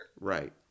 Right